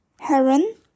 Heron